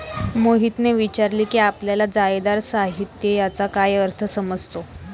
मोहितने विचारले की आपल्याला जाळीदार साहित्य याचा काय अर्थ समजतो?